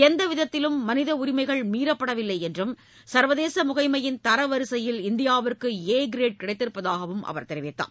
எந்தவிதத்திலும் மனித உரிமைகள் மீறப்படவில்லை என்றும் சர்வதேச முகமையின் தரவரிசையில் இந்தியாவுக்கு ஏ கிரேட் கிடைத்திருப்பதாகவும் அவர் கூறினார்